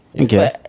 Okay